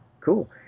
cool